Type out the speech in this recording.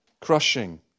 Crushing